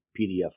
PDF